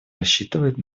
рассчитывают